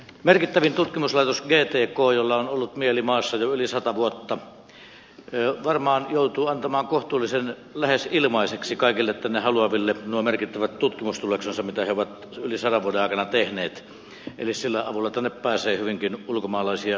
merkittävin tutkimuslaitos gtk jolla on ollut mieli maassa jo yli sata vuotta varmaan joutuu antamaan lähes ilmaiseksi kaikille tänne haluaville nuo merkittävät tutkimustuloksensa mitä he ovat yli sadan vuoden aikana tehneet eli sen avulla tänne pääsee hyvinkin ulkomaalaisia yrityksiä